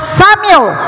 samuel